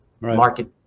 Market